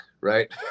right